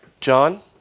John